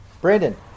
brandon